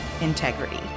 Integrity